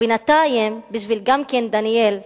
ובינתיים גם בשביל דניאל וחבריו,